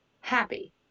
happy